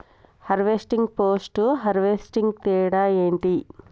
Harvesting, post harvesting తేడా ఏంటి?